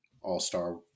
All-Star